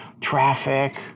traffic